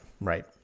right